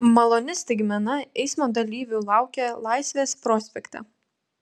maloni staigmena eismo dalyvių laukia laisvės prospekte